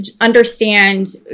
Understand